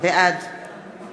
בעד